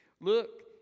Look